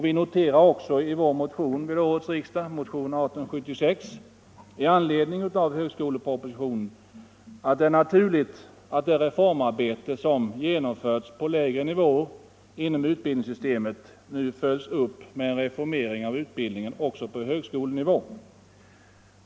Vi noterar också i vår motion 1876 i anledning av högskolepropositionen att det är naturligt, att det reformarbete som genomförts på lägre nivåer inom utbildningssystemet nu följs upp med en reformering av utbildningen också på högskolenivå.